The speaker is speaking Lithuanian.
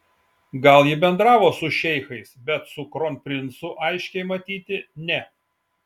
gal ji bendravo su šeichais bet su kronprincu aiškiai matyti ne